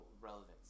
relevance